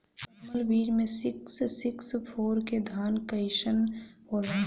परमल बीज मे सिक्स सिक्स फोर के धान कईसन होला?